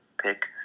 pick